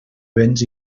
béns